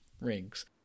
rings